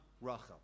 Rachel